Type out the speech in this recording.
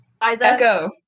echo